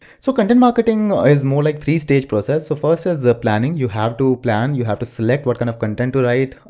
so content marketing is more like a three-stage process. so first is ah planning, you have to plan you have to select what kind of content to write,